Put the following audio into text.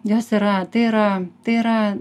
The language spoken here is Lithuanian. jos yra tai yra tai yra